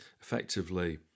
effectively